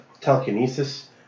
telekinesis